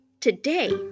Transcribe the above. today